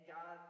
God